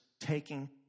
taking